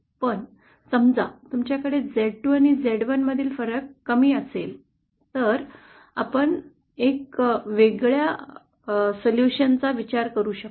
पण समजा तुमच्याकडे Z2 आणि Z1 मधील फरक कमी असेल तर आपण एका वेगळ्या उपाया चा विचार करू शकतो